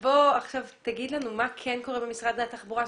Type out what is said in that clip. אבל בוא תגיד לנו מה כן קורה במשרד התחבורה.